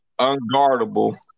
unguardable